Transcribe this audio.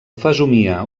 fesomia